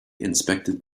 inspected